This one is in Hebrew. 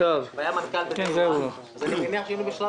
והיה מנכ"ל בחברה אז אני מניח שהיינו בשלב מתקדם יותר.